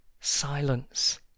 silence